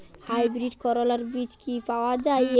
Hybrid করলার বীজ কি পাওয়া যায়?